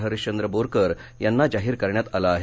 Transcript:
हरिशंद्र बोरकर यांना जाहीर करण्यात आला आहे